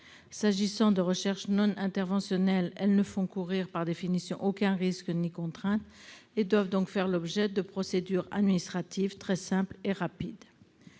personnes. Les recherches non interventionnelles ne font courir, par définition, aucun risque ni aucune contrainte et elles doivent donc faire l'objet de procédures administratives très simples et rapides.